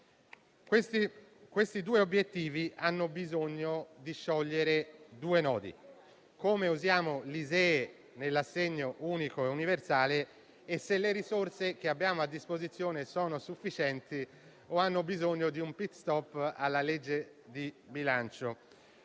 Questi due obiettivi hanno bisogno di sciogliere due questioni: come usiamo l'ISEE nell'assegno unico universale e se le risorse che abbiamo a disposizione sono sufficienti o hanno bisogno di un *pit stop* con la legge di bilancio.